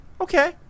okay